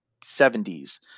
70s